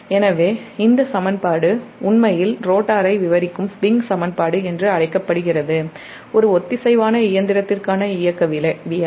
எனவே இந்த சமன்பாடு உண்மையில் ரோட்டரை விவரிக்கும் ஸ்விங் சமன்பாடு என்று அழைக்கப்படுகிறது ஒரு ஒத்திசைவான இயந்திரத்திற்கான இயக்கவியல்